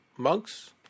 Monks